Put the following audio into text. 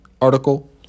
article